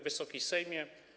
Wysoki Sejmie!